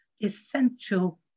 essential